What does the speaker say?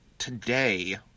Today